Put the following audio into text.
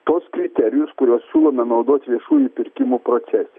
tuos kriterijus kuriuos siūlome naudot viešųjų pirkimų procese